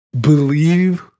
believe